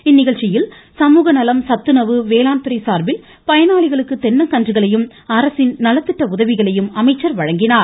இந்நிகழ்ச்சியில் சமூக நலம் சத்துணவு வேளாண் துறை சார்பில் பயனாளிகளுக்கு தென்னங்கன்றுகளையும் அரசின் நலத்திட்ட உதவிகளையும் அமைச்சர் வழங்கினார்